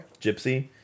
Gypsy